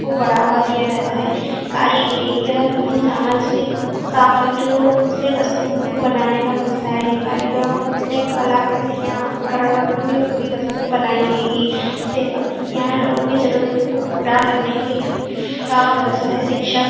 को बढ़ावा दिया जाता है कारिगिरी यह विभिन्न समाज के सामग्रियों से वस्तुओं को बनाने का व्यवसाय है कारीगरों ने कलाकृतियाँ उपकरण और अन्य उपयोगी वस्तु बनाई हैगी सेवा यहाँ लोगों की ज़रूरत को पूरा करने के का व्यवसाय शिक्षक